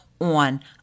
on